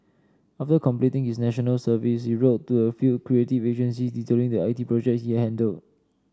after completing his National Service he wrote to a few creative agency detailing the I T projects he handled